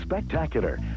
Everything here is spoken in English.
spectacular